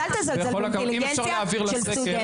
אז אל תזלזל באינטליגנציה של סטודנטים.